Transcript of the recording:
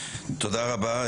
תודה רבה.